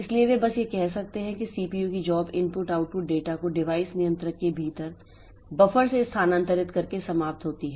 इसलिए वे बस यह कहते हैं कि सीपीयू की जॉब इनपुट आउटपुट डेटा को डिवाइस नियंत्रक के भीतर बफर से स्थानांतरित करके समाप्त होती है